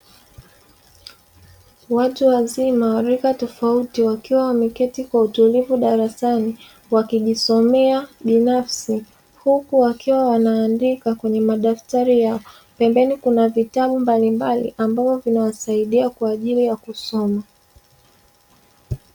Watu wazima wa rika tofauti wakiwa wameketi kwa utulivu darasani wakijisomea binafsi, huku wakiwa wanaandika kwenye madaftari ya pembeni kuna vitabu mbalimbali ambavyo vinawasaidia kwa ajili ya kusoma.